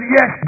Yes